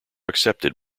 accepted